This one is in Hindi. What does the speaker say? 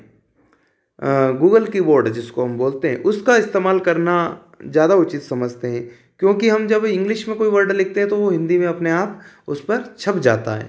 गूगल कीबोर्ड जिसको हम बोलते हैं उसका इस्तेमाल करना ज़्यादा उचित समझते हैं क्योंकि हम जब इंग्लिश में कोई वर्ड लिखते हैं तो वह हिंदी में अपने आप उस पर छप जाता है